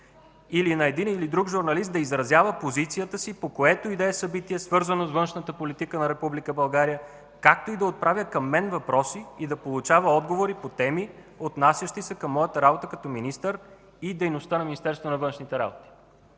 или на един, или на друг журналист да изразява позицията си, по което и да е събитие, свързано с външната политика на Република България, както и да отправя към мен въпроси и да получава отговори по теми, отнасящи се към моята работа като министър и дейността на Министерството на външните работи.